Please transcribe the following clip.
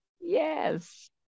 Yes